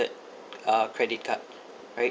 uh credit card right